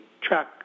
track